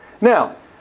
Now